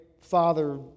father